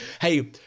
Hey